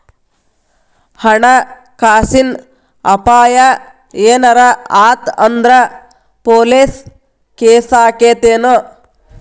ಹಣ ಕಾಸಿನ್ ಅಪಾಯಾ ಏನರ ಆತ್ ಅಂದ್ರ ಪೊಲೇಸ್ ಕೇಸಾಕ್ಕೇತೆನು?